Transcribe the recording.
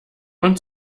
und